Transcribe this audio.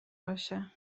باشه